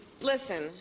listen